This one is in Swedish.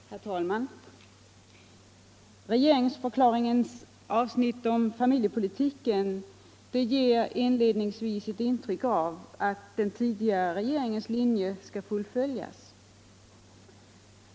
Herr talman! Regeringsförklaringens avsnitt om familjepolitik ger inledningsvis ett intryck av att den tidigare regeringens linje skall fullföljas.